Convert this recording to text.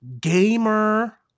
gamer